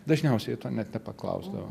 dažniausiai jie to net nepaklausdavo